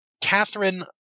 Catherine